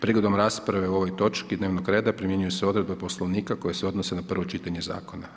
Prigodom rasprave o ovoj točki dnevnoga reda primjenjuju se odredbe Poslovnika koje se odnose na prvo čitanje zakona.